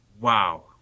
Wow